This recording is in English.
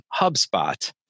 HubSpot